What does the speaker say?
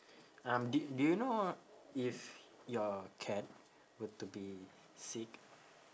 um do do you know if your cat were to be sick